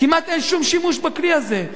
כמעט אין שום שימוש בכלי הזה,